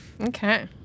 Okay